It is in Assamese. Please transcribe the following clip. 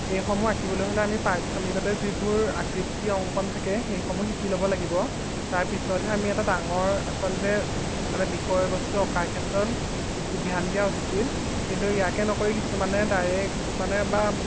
এইসমূহ আঁকিবলৈ হ'লে আমি প্ৰাথমিকৰে যিবোৰ আকৃতি অংকন থাকে সেইসমূহ শিকি ল'ব লাগিব তাৰপিছতহে আমি এটা ডাঙৰ আচলতে মানে বিষয়বস্তু অঁকাৰ ক্ষেত্ৰত ধ্যান দিয়া উচিত কিন্তু ইয়াকে নকৰি কিছুমানে ডাইৰেক্ট মানে বা